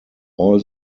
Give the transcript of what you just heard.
all